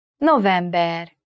november